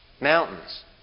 Mountains